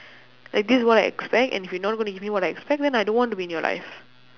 like this is what I expect and if you not going to give me what I expect then I don't want to be in your life